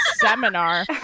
seminar